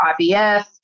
IVF